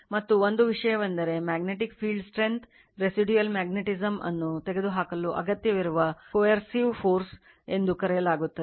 ಮತ್ತು ಒಂದು ವಿಷಯವೆಂದರೆ magneic field strength ಎಂದು ಕರೆಯಲಾಗುತ್ತದೆ